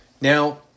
now